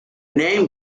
name